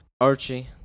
Archie